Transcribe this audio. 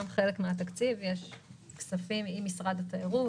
כחלק מן התקציב מוקצה כסף עם משרד התיירות,